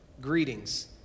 greetings